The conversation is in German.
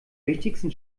wichtigsten